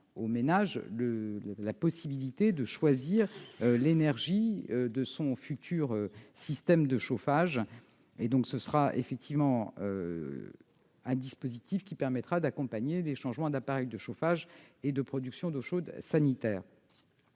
aux ménages la possibilité de choisir l'énergie de leur futur système de chauffage. Ce dispositif permettra d'accompagner les changements d'appareils de chauffage et de production d'eau chaude sanitaire.